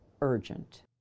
urgent